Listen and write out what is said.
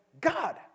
God